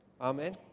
Amen